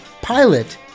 pilot